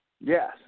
Yes